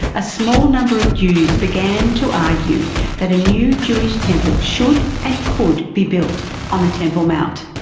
a small number of jews began to argue that a new jewish temple should and could be built on the temple mount.